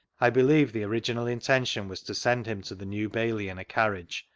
i believie the original intention was to send him to the new bailey in a carriage,